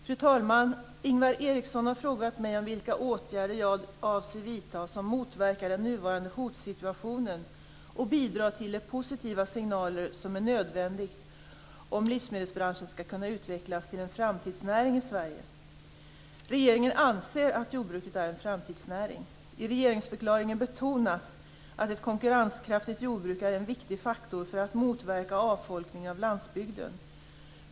Fru talman! Ingvar Eriksson har frågat mig om vilka åtgärder jag avser vidta som motverkar den nuvarande hotsituationen och bidrar till de positiva signaler som är en nödvändighet om livsmedelsbranschen skall kunna utvecklas till en framtidsnäring i Regeringen anser att jordbruket är en framtidsnäring. I regeringsförklaringen betonas att ett konkurrenskraftigt jordbruk är en viktig faktor för att motverka avfolkningen av landsbygden.